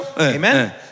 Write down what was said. Amen